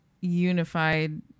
unified